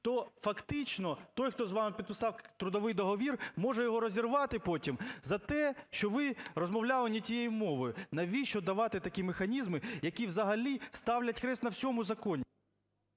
то фактично той, хто з вами підписав трудовий договір, може його розірвати потім за те, що ви розмовляли не тією мовою. Навіщо давати такі механізми, які взагалі ставлять хрест на всьому законі?